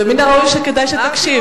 ומן הראוי, כדאי שתקשיב.